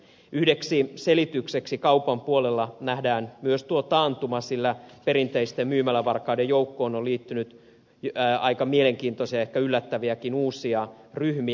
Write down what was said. yhdeksi selitykseksi kaupan puolella nähdään myös taantuma sillä perinteisten myymälävarkaiden joukkoon on liittynyt aika mielenkiintoisia ja ehkä yllättäviäkin uusia ryhmiä